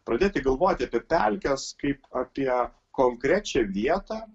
pradėti galvoti apie pelkes kaip apie konkrečią vietą